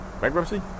Bankruptcy